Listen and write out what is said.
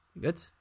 Good